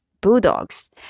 bulldogs